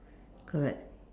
correct